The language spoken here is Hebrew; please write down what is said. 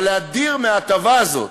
אבל להדיר מההטבה הזאת